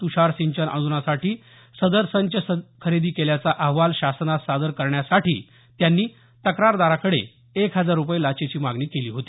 तुषार सिंचन अनुदानासाठी सदर संच खरेदी केल्याचा अहवाल शासनास सादर करण्यासाठी त्यांनी तक्रारदाराकडे एक हजार रुपये लाचेची मागणी केली होती